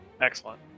Excellent